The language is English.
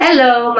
Hello